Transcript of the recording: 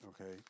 Okay